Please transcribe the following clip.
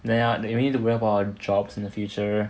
then ah you need to worry about jobs in the future